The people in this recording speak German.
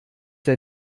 der